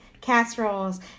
casseroles